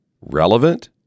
relevant